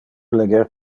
leger